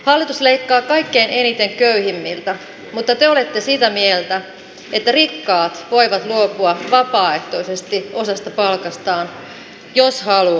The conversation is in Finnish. hallitus leikkaa kaikkein eniten köyhimmiltä mutta te olette sitä mieltä että rikkaat voivat luopua vapaaehtoisesti osasta palkkaansa jos haluavat